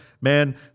man